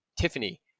Tiffany